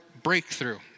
breakthrough